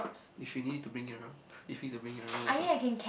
if you need to bring it around if need bring it around or some